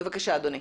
בבקשה, אדוני.